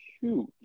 huge